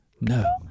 No